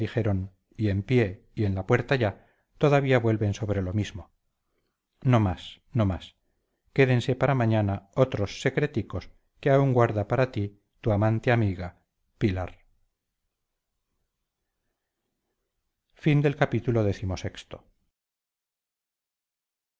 dijeron y en pie y en la puerta ya todavía vuelven sobre lo mismo no más no más quédense para mañana otros secreticos que aún guarda para ti tu amante amiga pilar